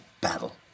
battle